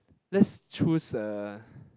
let's choose a